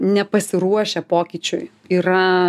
nepasiruošę pokyčiui yra